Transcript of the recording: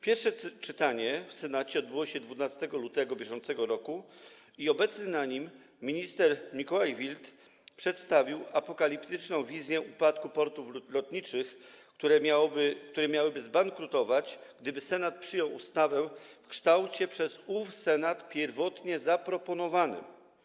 Pierwsze czytanie w Senacie odbyło się 12 lutego bieżącego roku i obecny na nim minister Mikołaj Wild przedstawił apokaliptyczną wizję upadku portów lotniczych, które miałyby zbankrutować, gdyby Senat przyjął ustawę w kształcie przez ów Senat pierwotnie zaproponowanym.